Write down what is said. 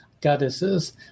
goddesses